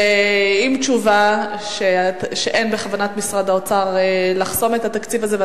ועם תשובה שאין בכוונת משרד האוצר לחסום את התקציב הזה,